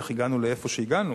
איך הגענו לאיפה שהגענו?